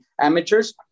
amateurs